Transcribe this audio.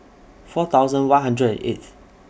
four thousand one hundred and eighth